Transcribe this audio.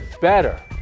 better